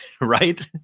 right